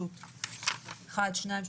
שניים,